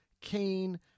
Kane